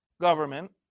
government